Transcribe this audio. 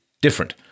different